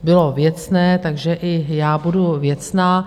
Bylo věcné, takže i já budu věcná.